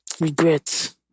Regrets